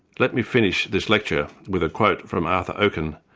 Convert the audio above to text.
let me finish this lecture with a quote from arthur oaken,